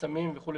חסמים וכולי.